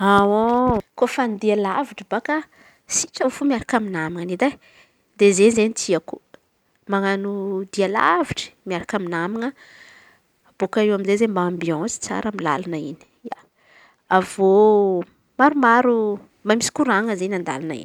Kôfa andia lavitry baka sitrany fô miaraka amy naman̈a edy e. De zey izen̈y tiako manan̈o dia lavitry miaraka amy naman̈a bôaka eo amizay izen̈y mba ambiansy tsara amy lalana in̈y. Avy eo maro maro mba misy korana eny an-dalana.